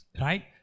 right